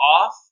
off